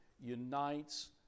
unites